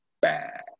bad